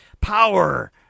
power